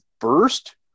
first